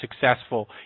successful